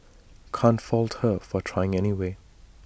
can't fault her for trying anyway